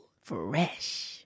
Fresh